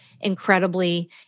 incredibly